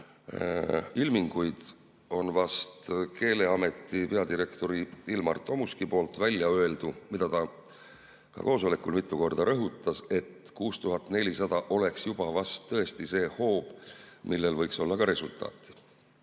ilminguid, on Keeleameti peadirektori Ilmar Tomuski väljaöeldu, mida ta ka koosolekul mitu korda rõhutas, et 6400 oleks juba vast tõesti see hoob, millel võiks olla resultaati.